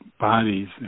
bodies